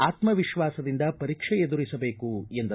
ಆತ್ಮವಿಶ್ವಾಸದಿಂದ ಪರೀಕ್ಷೆ ಎದುರಿಸಬೇಕು ಎಂದರು